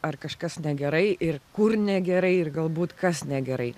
ar kažkas negerai ir kur negerai ir galbūt kas negerai